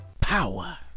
Power